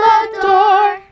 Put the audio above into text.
adore